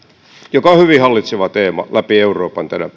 joka on hyvin hallitseva teema läpi euroopan